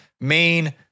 main